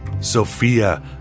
Sophia